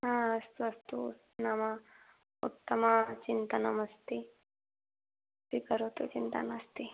हा अस्तु अस्तु नाम उत्तमचिन्तनम् अस्ति स्वीकरोतु चिन्ता नास्ति